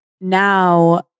now